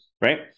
right